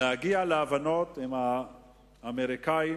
להגיע להבנות עם האמריקנים